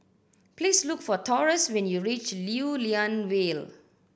please look for Taurus when you reach Lew Lian Vale